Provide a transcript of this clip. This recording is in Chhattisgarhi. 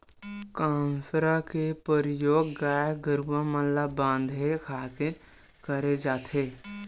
कांसरा के परियोग गाय गरूवा मन ल बांधे खातिर करे जाथे